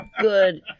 Good